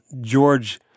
George